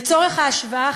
לצורך ההשוואה,